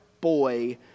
boy